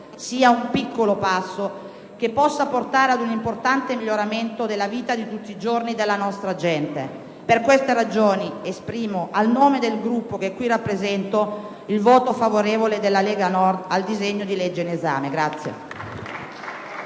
sia un piccolo passo che possa portare ad un importante miglioramento della vita di tutti i giorni della nostra gente. Per queste ragioni, esprimo, a nome del Gruppo che qui rappresento, il voto favorevole della Lega Nord sul disegno di legge in esame.